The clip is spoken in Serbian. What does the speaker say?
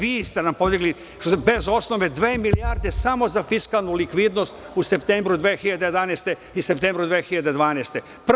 Vi ste nam podigli bez osnove dve milijarde samo za fiskalnu likvidnost u septembru 2011. godine i septembru 2012. godine.